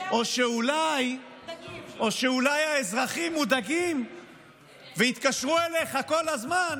או שאולי האזרחים מודאגים והתקשרו אליך כל הזמן